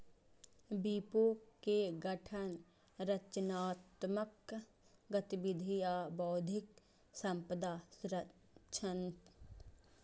विपो के गठन रचनात्मक गतिविधि आ बौद्धिक संपदा संरक्षण के बढ़ावा दै खातिर कैल गेल रहै